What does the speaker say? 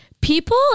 People